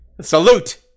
Salute